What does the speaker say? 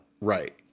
Right